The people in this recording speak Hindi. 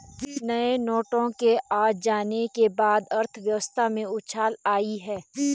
नए नोटों के आ जाने के बाद अर्थव्यवस्था में उछाल आयी है